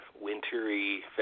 wintery